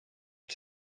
had